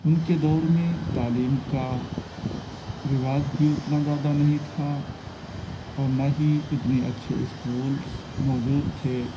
ان کے دور میں تعلیم کا رواج بھی اتنا زیادہ نہیں تھا اور نہ ہی اتنے اچھے اسکولس موجود تھے